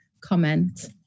comment